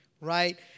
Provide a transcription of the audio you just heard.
right